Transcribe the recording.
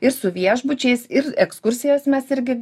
ir su viešbučiais ir ekskursijas mes irgi